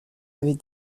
avait